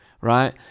right